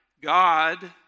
God